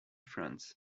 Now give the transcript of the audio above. france